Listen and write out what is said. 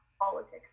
politics